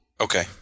Okay